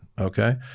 Okay